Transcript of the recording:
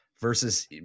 versus